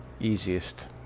easiest